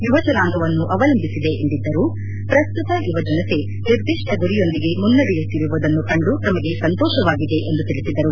ಯುವಜನಾಂಗವನ್ನು ಅವಲಂಬಿಸಿದೆ ಎಂದಿದ್ದರು ಪ್ರಸ್ತುತ ಯುವಜನತೆ ನಿರ್ದಿಷ್ಟ ಗುರಿಯೊಂದಿಗೆ ಮುನ್ನಡೆಯುತ್ತಿರುವುದನ್ನು ಕಂಡು ತಮಗೆ ಸಂತೋಷವಾಗಿದೆ ಎಂದು ತಿಳಿಸಿದರು